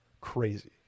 crazy